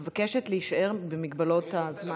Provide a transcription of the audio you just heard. אני מבקשת להישאר במגבלות הזמן.